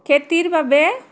খেতিৰ বাবে